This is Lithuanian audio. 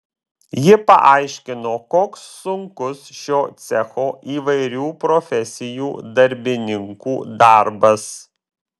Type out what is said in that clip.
ji paaiškino koks sunkus šio cecho įvairių profesijų darbininkų darbas